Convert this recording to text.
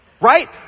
right